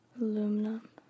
aluminum